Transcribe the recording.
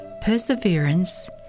perseverance